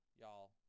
Y'all